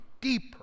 deeper